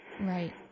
right